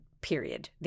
period